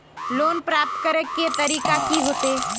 Loan प्राप्त करे के तरीका की होते?